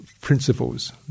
principles